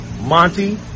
Monty